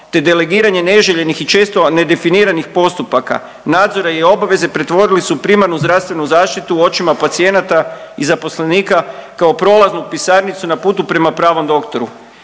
te delegiranje neželjenih i često nedefiniranih postupaka nadzora i obaveze pretvorili su primarnu zdravstvenu zaštitu u očima pacijenata i zaposlenika kao prolaznu pisarnicu na putu prema pravom doktoru